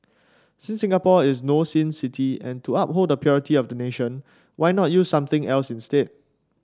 since Singapore is no sin city and to uphold the purity of the nation why not use something else instead